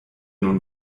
nun